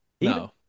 No